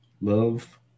Love